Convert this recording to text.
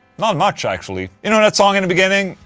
not much actually you know that song in the beginning?